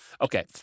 okay